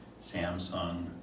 Samsung